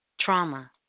trauma